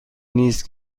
نیست